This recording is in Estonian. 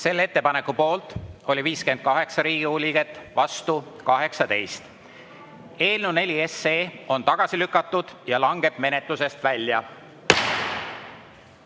Selle ettepaneku poolt oli 58 Riigikogu liiget, vastu 18. Eelnõu nr 4 on tagasi lükatud ja langeb menetlusest välja.